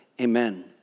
Amen